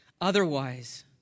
Otherwise